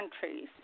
Countries